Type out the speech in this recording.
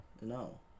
No